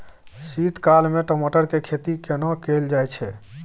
शीत काल में टमाटर के खेती केना कैल जाय?